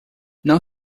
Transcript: não